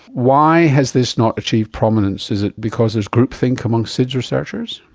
why has this not achieved prominence? is it because there's groupthink amongst sids researchers?